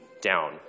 down